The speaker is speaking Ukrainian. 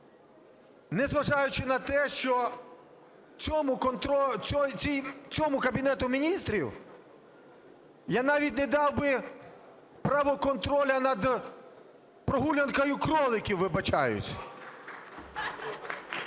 незважаючи на те, що цьому Кабінету Міністрів я навіть не дав би право контролю над прогулянкою кроликів, вибачаюсь,